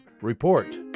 Report